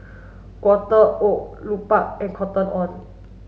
Quaker Oat Lupark and Cotton On